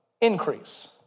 increase